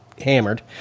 hammered